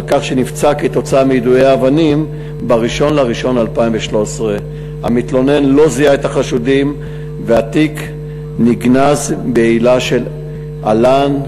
כך שנפצע כתוצאה מיידוי האבנים ב-1 בינואר 2013. המתלונן לא זיהה את החשודים והתיק נגנז בעילה של על"ן,